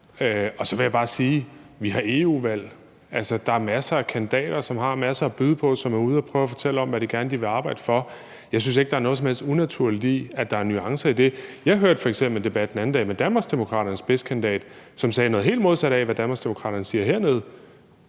Og så vil jeg bare sige, at vi har et europaparlamentsvalg. Altså, der er masser af kandidater, som har masser at byde på, og som er ude at prøve at fortælle om, hvad de gerne vil arbejde for. Jeg synes ikke, at der er noget som helst unaturligt i, at der er nuancer i det. Jeg hørte f.eks. en debat den anden dag med Danmarksdemokraternes spidskandidat, som sagde noget helt modsat af, hvad Danmarksdemokraterne siger hernede.